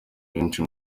benshi